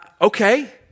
okay